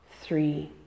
three